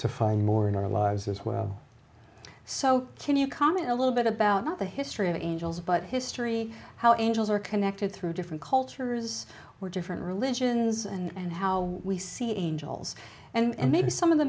to find more in our lives as well so can you comment a little bit about the history of angels but history how angels are connected through different cultures or different religions and how we see angels and maybe some of the